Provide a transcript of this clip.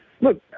look